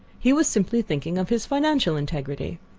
he was simply thinking of his financial integrity.